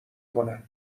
کنن